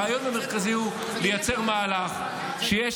הרעיון המרכזי הוא לייצר מהלך שבו יש